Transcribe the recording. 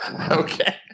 Okay